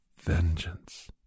vengeance